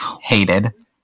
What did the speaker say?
hated